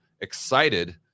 excited